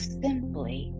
simply